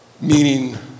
Meaning